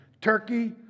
Turkey